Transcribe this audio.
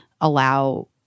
allow